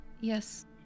Yes